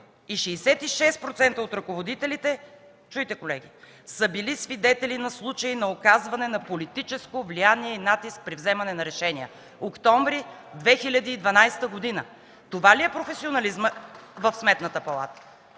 и 66% от ръководителите, чуйте колеги, са били свидетели на случаи на оказване на политическо влияние и натиск при вземане на решения – октомври, 2012 г. Това ли е професионализмът в Сметната палата?!